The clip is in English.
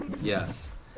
yes